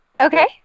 Okay